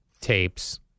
tapes